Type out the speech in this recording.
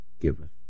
giveth